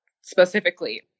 specifically